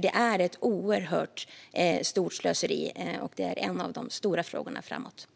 Det här är ett oerhört stort slöseri, och det är en av de stora frågorna framöver.